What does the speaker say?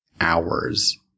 hours